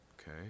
okay